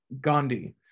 Gandhi